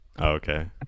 okay